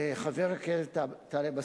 חבר הכנסת טלב אלסאנע,